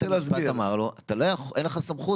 המשפט אמר לו שהוא לא יכול וכי אין לו סמכות.